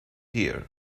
here